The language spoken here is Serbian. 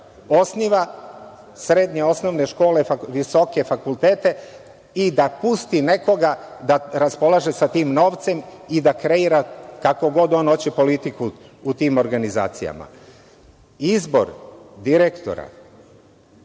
osniva srednje, osnovne škole, visoke fakultete i da pusti nekoga da raspolaže sa tim novcem i da kreira kakvu god on hoće politiku u tim organizacijama. Izbor direktora